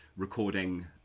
recording